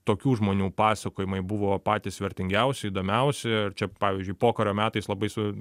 tokių žmonių pasakojimai buvo patys vertingiausi įdomiausi ir čia pavyzdžiui pokario metais labai su